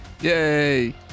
Yay